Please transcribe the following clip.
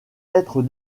être